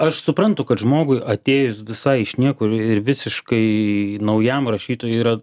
aš suprantu kad žmogui atėjus visai iš niekur ir visiškai naujam rašytojui yra